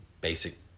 basic